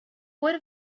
would